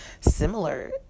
similar